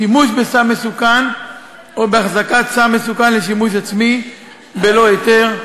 שימוש בסם מסוכן או החזקת סם מסוכן לשימוש עצמי בלא היתר,